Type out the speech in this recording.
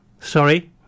sorry